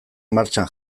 martxan